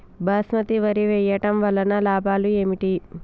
బాస్మతి వరి వేయటం వల్ల లాభాలు ఏమిటి?